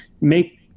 make